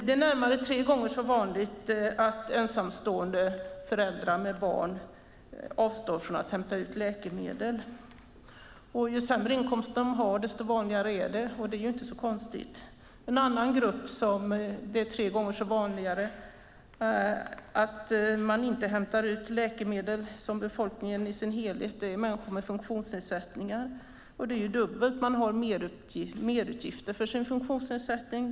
Det är närmare tre gånger så vanligt att ensamstående föräldrar med barn avstår från att hämta ut läkemedel. Ju sämre inkomst de har, desto vanligare är det - det är inte så konstigt. En annan grupp där det är tre gånger så vanligt jämfört med befolkningen i dess helhet att man inte hämtar ut läkemedel är människor med funktionsnedsättningar. Det är dubbelt. Man har merutgifter för sin funktionsnedsättning.